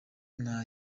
nta